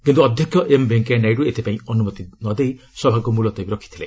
କିନ୍ତୁ ଅଧ୍ୟକ୍ଷ ଏମ୍ ଭେଙ୍କିୟା ନାଇଡୁ ଏଥିପାଇଁ ଅନୁମତି ନ ଦେଇ ସଭାକୁ ମୁଲତବୀ ରଖିଥିଲେ